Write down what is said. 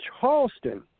Charleston